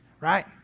right